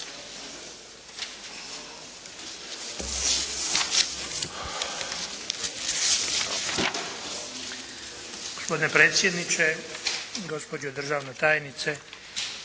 gospodine potpredsjedniče, cijenjena državna tajnice,